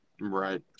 Right